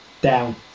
Down